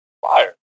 fire